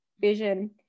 vision